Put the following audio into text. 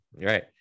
Right